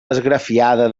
esgrafiada